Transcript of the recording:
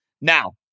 Now